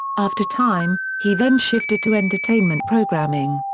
after time, he then shifted to entertainment programming.